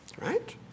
Right